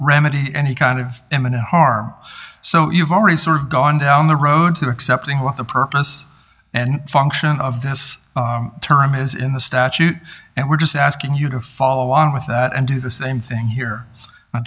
remedy any kind of imminent harm so you've already sort of gone down the road to accepting what the purpose and function of the as term is in the statute and we're just asking you to follow on with that and do the same thing here